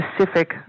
specific